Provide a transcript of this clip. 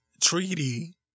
treaty